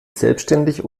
selbstständig